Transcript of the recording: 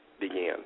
began